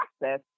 process